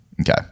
Okay